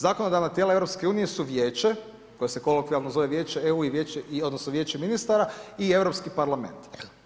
Zakonodavna tijela EU su Vijeće koje se kolokvijalno zove Vijeće EU odnosno Vijeće ministara i Europski parlament.